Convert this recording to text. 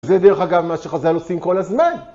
זה דרך אגב מה שחז"ל עושים כל הזמן!